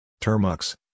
Termux